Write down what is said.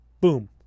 boom